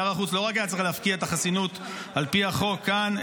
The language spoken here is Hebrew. שר החוץ לא צריך רק להפקיע את החסינות על פי החוק כאן,